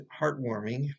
heartwarming